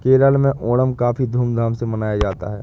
केरल में ओणम काफी धूम धाम से मनाया जाता है